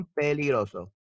peligroso